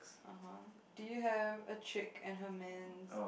(uh huh) do you have a chick and her mans